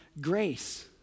grace